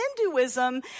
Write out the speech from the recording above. Hinduism